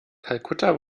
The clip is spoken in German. kalkutta